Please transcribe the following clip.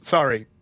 Sorry